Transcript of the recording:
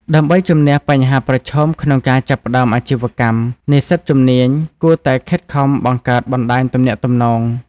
ដើម្បីជំនះបញ្ហាប្រឈមក្នុងការចាប់ផ្តើមអាជីវកម្ម និស្សិតជំនាញគួរតែខិតខំបង្កើតបណ្តាញទំនាក់ទំនង។